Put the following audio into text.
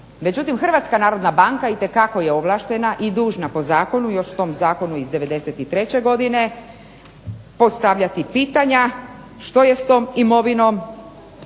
međutim HNB itekako je ovlaštena i dužna po zakonu još tom zakonu iz '93. godine postavljati pitanja što je s tom imovinom,